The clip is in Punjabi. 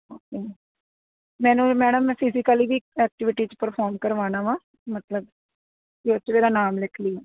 ਓਕੇ ਮੈਨੂੰ ਵੀ ਮੈਡਮ ਫਿਜੀਕਲੀ ਵੀ ਐਕਟਿਵਿਟੀਜ 'ਚ ਵੀ ਪਰਫੋਮ ਕਰਵਾਣਾ ਵਾਂ ਮਤਲਬ ਉਹਦੇ ਚ ਇਹਦਾ ਨਾਮ ਲਿਖ ਲੋ